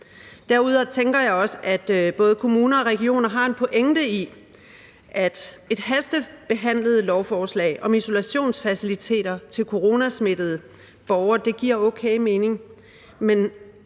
Derudover tænker jeg også, at både kommuner og regioner har en pointe i, at et hastebehandlet lovforslag om isolationsfaciliteter til coronasmittede borgere giver okay mening,